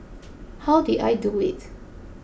how did I do it